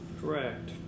Correct